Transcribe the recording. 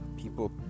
people